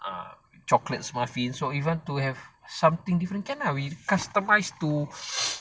uh chocolates muffins so even to have something different can lah we customised to